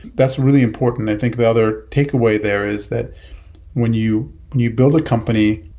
that's really important. i think the other take away there is that when you knew build a company,